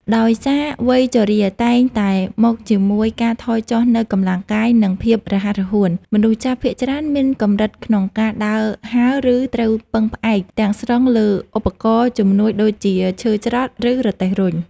ដោយសារវ័យជរាតែងតែមកជាមួយការថយចុះនូវកម្លាំងកាយ និងភាពរហ័សរហួន មនុស្សចាស់ភាគច្រើនមានកម្រិតក្នុងការដើរហើរ ឬត្រូវពឹងផ្អែកទាំងស្រុងលើឧបករណ៍ជំនួយដូចជាឈើច្រត់ ឬរទេះរុញ។